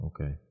Okay